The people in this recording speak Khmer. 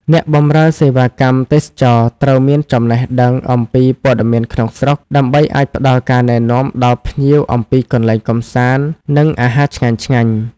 អ្នកបម្រើសេវាកម្មទេសចរណ៍ត្រូវមានចំណេះដឹងអំពីព័ត៌មានក្នុងស្រុក ដើម្បីអាចផ្តល់ការណែនាំដល់ភ្ញៀវអំពីកន្លែងកម្សាន្ត និងអាហារឆ្ងាញ់ៗ។